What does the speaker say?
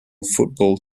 football